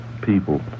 People